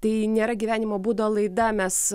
tai nėra gyvenimo būdo laida mes